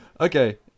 Okay